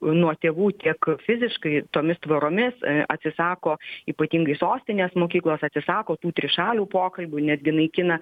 nuo tėvų tiek fiziškai tomis tvoromis atsisako ypatingai sostinės mokyklos atsisako tų trišalių pokalbių netgi naikina